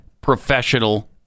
professional